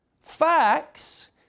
Facts